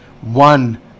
One